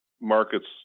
markets